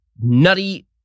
nutty